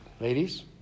ladies